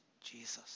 Jesus